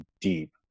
deep